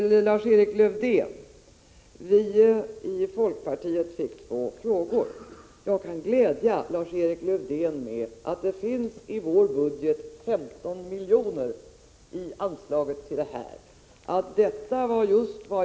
Lars-Erik Lövdén ställde två frågor till folkpartiet. Jag kan glädja honom med att det i vårt budgetförslag finns 15 miljoner anslagna till förslaget på denna punkt.